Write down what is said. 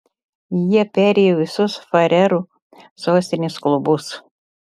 jie perėjo visus farerų sostinės klubus